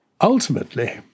Ultimately